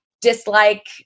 dislike